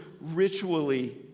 ritually